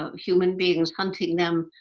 ah human beings hunting them,